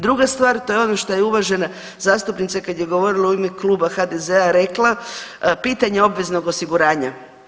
Druga stvar, to je ono što je uvažena zastupnica kad je govorila u ime Kluba HDZ-a rekla pitanje obveznog osiguranja.